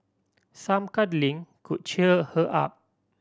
some cuddling could cheer her up